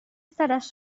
estaràs